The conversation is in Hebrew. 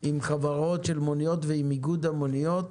עם חברות של מוניות ועם איגוד המוניות